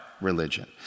religion